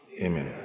Amen